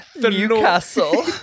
newcastle